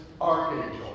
archangel